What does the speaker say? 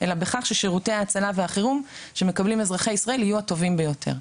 אלא בכך ששירותי ההצלה והחירום שמקבלים אזרחי ישראל יהיו הטובים ביותר.